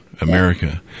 america